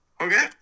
Okay